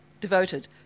devoted